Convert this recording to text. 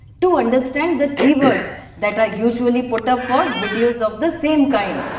to understand the keywords that are usually put up for videos of the same kind,